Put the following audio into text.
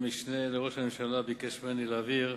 המשנה לראש הממשלה ביקש ממני להבהיר,